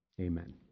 amen